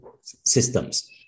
systems